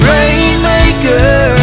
Rainmaker